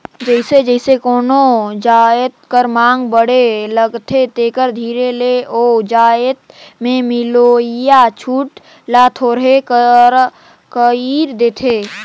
जइसे जइसे कोनो जाएत कर मांग बढ़े लगथे तेकर धीरे ले ओ जाएत में मिलोइया छूट ल थोरहें कइर देथे